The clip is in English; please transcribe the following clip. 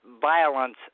violence